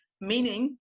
meaning